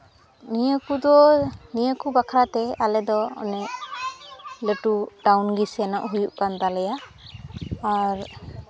ᱱᱤᱭᱟᱹ ᱠᱚᱫᱚ ᱱᱤᱭᱟᱹ ᱠᱚ ᱵᱟᱠᱷᱨᱟ ᱛᱮ ᱟᱞᱮ ᱫᱚ ᱚᱱᱮ ᱞᱟᱹᱴᱩ ᱴᱟᱹᱣᱩᱱ ᱜᱮ ᱥᱮᱱᱚᱜ ᱦᱩᱭᱩᱜ ᱠᱟᱱ ᱛᱟᱞᱮᱭᱟ ᱟᱨ